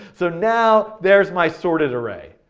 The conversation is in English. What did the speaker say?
so now there's my sorted array.